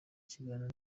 kiganiro